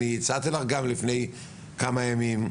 ואני הצעתי לך גם לפני כמה ימים,